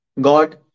God